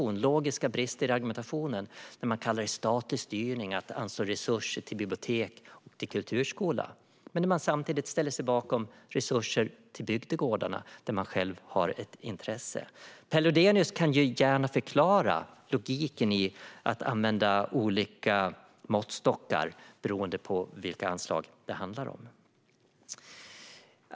Det finns logiska brister i en argumentation där man kallar det statlig styrning att anslå resurser till biblioteken och till kulturskolan men samtidigt ställer sig bakom resurser till bygdegårdarna, där man själv har ett intresse. Per Lodenius kan gärna förklara logiken i att använda olika måttstockar beroende på vilka anslag det handlar om.